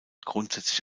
grundsätzlich